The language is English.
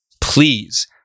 Please